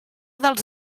dels